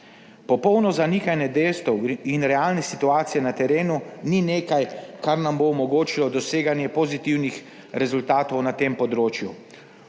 Popolno zanikanje dejstev in realne situacije na terenu niso nekaj, kar nam bo omogočilo doseganje pozitivnih rezultatov na tem področju.